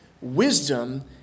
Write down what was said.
Wisdom